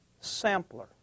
sampler